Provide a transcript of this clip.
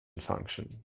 function